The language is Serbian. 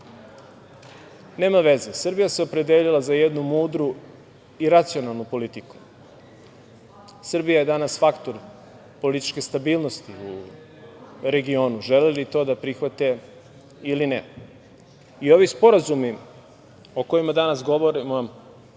veze, Srbija se opredelila za jednu mudru i racionalnu politiku. Srbija je danas faktor političke stabilnosti u regionu, želeli to da prihvate ili ne. Ovi sporazumi o kojima danas govorimo